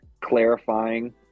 clarifying